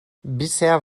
bisher